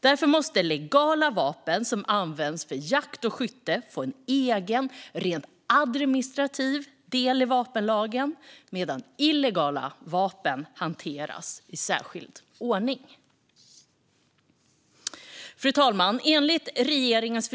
Därför måste legala vapen som används för jakt och skytte få en egen rent administrativ del i vapenlagen, medan illegala vapen hanteras i särskild ordning. Fru talman! Enligt regeringens